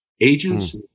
Agents